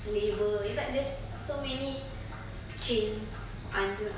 labour it's like there's so many chains under